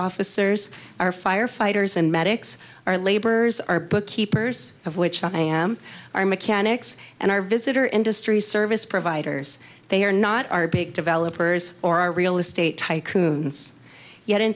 officers our firefighters and medics our laborers our book keepers of which i am our mechanics and our visitor industries service providers they are not our big developers or our real estate tycoon yet in